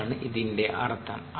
അതാണ് ഇതിന്റെ അർത്ഥം